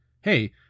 Hey